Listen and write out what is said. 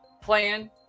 plan